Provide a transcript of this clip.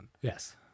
Yes